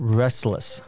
restless